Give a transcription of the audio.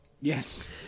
Yes